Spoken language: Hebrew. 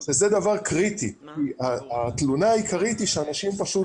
זה דבר קריטי כי התלונה העיקרית היא שאנשים פשוט